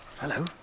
Hello